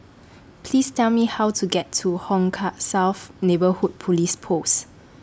Please Tell Me How to get to Hong Kah South Neighbourhood Police Post